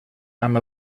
amb